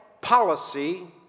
policy